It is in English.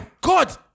god